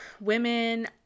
women